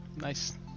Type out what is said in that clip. Nice